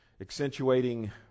accentuating